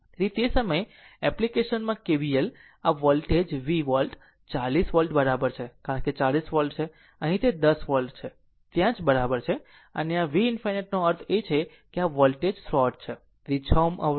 તેથી તે સમયે એપ્લીકેશનમાં KVL આ વોલ્ટેજ vવોલ્ટ 40 વોલ્ટ બરાબર છે કારણ કે આ 40 વોલ્ટ છે અને અહીં તે 10 વોલ્ટ છે ત્યાં જ બરાબર છે અને આ v∞ નો અર્થ છે કે આ આ જ વોલ્ટેજ શોર્ટ છે તેથી 6 Ω અવરોધ